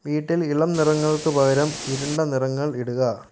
വീട്ടിൽ ഇളം നിറങ്ങൾക്ക് പകരം ഇരുണ്ട നിറങ്ങൾ ഇടുക